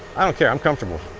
i don't care, i'm comfortable.